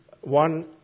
one